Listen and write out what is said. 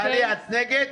טלי, את נגד?